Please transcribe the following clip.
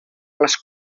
les